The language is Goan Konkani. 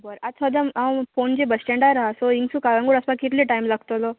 बोरें आतां सोद्द्यां हांव पणजे बस स्टँडार आहा सो हिंगसू काळंगूट वचपा कितलो टायम लागतलो